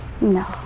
No